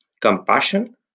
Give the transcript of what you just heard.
compassion